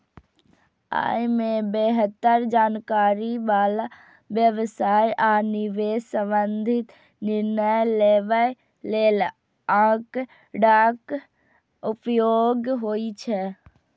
अय मे बेहतर जानकारी बला व्यवसाय आ निवेश संबंधी निर्णय लेबय लेल आंकड़ाक उपयोग होइ छै